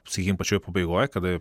sakykim pačioj pabaigoj kada